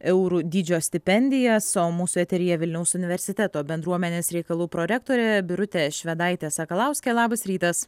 eurų dydžio stipendijas o mūsų eteryje vilniaus universiteto bendruomenės reikalų prorektorė birutė švedaitė sakalauskė labas rytas